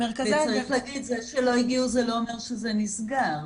וצריך להגיד, זה שלא הגיעו זה לא אומר שזה נסגר.